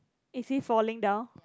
is he falling down